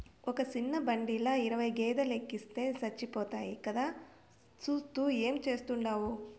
ఒక సిన్న బండిల ఇరవై గేదేలెనెక్కిస్తే సచ్చిపోతాయి కదా, సూత్తూ ఏం చేస్తాండావు